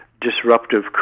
disruptive